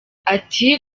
ati